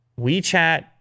WeChat